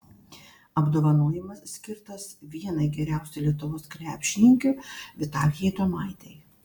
apdovanojimas skirtas vienai geriausių lietuvos krepšininkių vitalijai tuomaitei